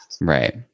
Right